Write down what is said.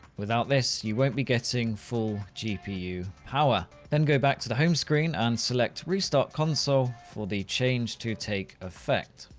without this, you won't be getting full gpu power. then go back to the homescreen and select restart console for the change to take effect.